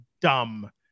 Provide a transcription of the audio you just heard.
dumb